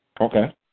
Okay